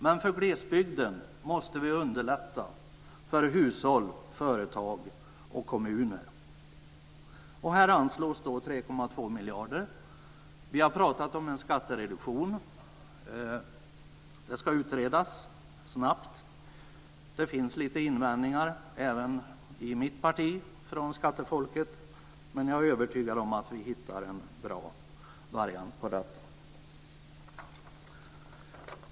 Men i glesbygden måste vi underlätta för hushåll, företag och kommuner. Här anslås 3,2 miljarder. Vi har pratat om en skattereduktion. Det ska utredas snabbt. Det finns några invändningar från skattefolket även i mitt parti, men jag är övertygad om att vi hittar en bra variant för detta.